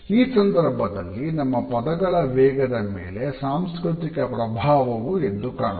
ಈ ಸಂದರ್ಭದಲ್ಲಿ ನಮ್ಮ ಪದಗಳ ವೇಗದ ಮೇಲೆ ಸಾಂಸ್ಕೃತಿಕ ಪ್ರಭಾವವೂ ಎದ್ದು ಕಾಣುತ್ತದೆ